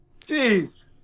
Jeez